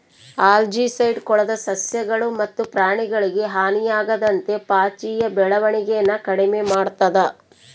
algicide ಕೊಳದ ಸಸ್ಯಗಳು ಮತ್ತು ಪ್ರಾಣಿಗಳಿಗೆ ಹಾನಿಯಾಗದಂತೆ ಪಾಚಿಯ ಬೆಳವಣಿಗೆನ ಕಡಿಮೆ ಮಾಡ್ತದ